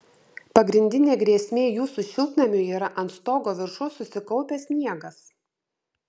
pagrindinė grėsmė jūsų šiltnamiui yra ant stogo viršaus susikaupęs sniegas